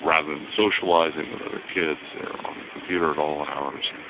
rather than socialising with other kids, they're on the computer at all hours,